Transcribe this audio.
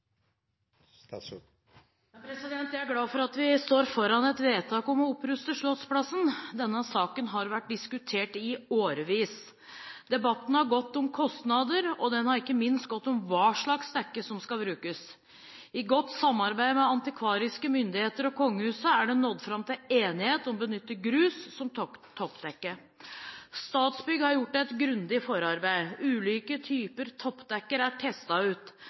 glad for at vi står foran et vedtak om å oppruste Slottsplassen; denne saken har vært diskutert i årevis. Debatten har gått om kostnader, og den har ikke minst gått om hva slags dekke som skal brukes. I godt samarbeid med antikvariske myndigheter og kongehuset er det nådd fram til enighet om å benytte grus som toppdekke. Statsbygg har gjort et grundig forarbeid. Ulike typer toppdekker er testet ut.